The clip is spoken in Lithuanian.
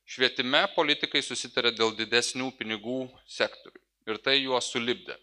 švietime politikai susitaria dėl didesnių pinigų sektoriui ir tai juos sulipdė